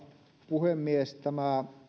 puhemies tämä